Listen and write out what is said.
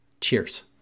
Cheers